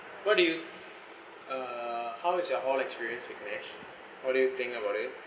what do you uh how is your hall experience what do you think about it